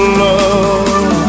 love